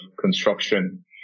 construction